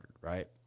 right